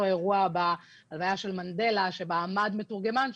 אירוע בהלוויה של מנדלה שבה עמד מתורגמן,